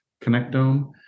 Connectome